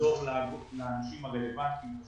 לחזור לאנשים הרלוונטיים.